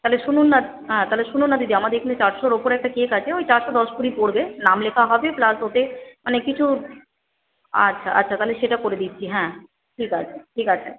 তাহলে শুনুন না হ্যাঁ তাহলে শুনুন না দিদি আমাদের এখানে চারশোর উপরে একটা কেক আছে ওই চারশো দশ কুড়ি পড়বে নাম লেখা হবে প্লাস ওতে অনেক কিছু আচ্ছা আচ্ছা তাহলে সেটা করে দিচ্ছি হ্যাঁ ঠিক আছে ঠিক আছে